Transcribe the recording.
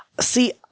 See